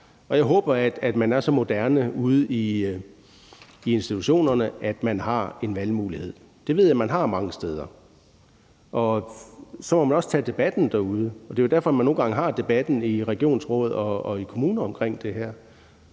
jeg håber, at man er så moderne ude i institutionerne, at man har en valgmulighed. Det ved jeg man har mange steder, og så må man også tage debatten derude. Det er jo derfor, man nogle gange har debatten i regionsråd og i kommuner omkring det her,